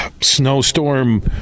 snowstorm